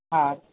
हा